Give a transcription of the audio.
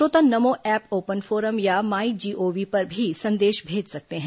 श्रोता Namo app open forum या MyGov पर भी संदेश भेज सकते हैं